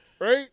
Right